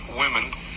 women